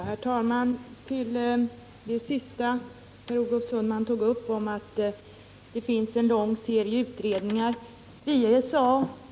Herr talman! Per Olof Sundman säger att det har gjorts en lång serie utredningar.